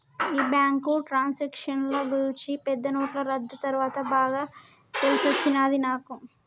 ఈ బ్యాంకు ట్రాన్సాక్షన్ల గూర్చి పెద్ద నోట్లు రద్దీ తర్వాత బాగా తెలిసొచ్చినది నాకు